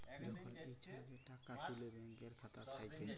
যখল ইছা যে টাকা তুলে ব্যাংকের খাতা থ্যাইকে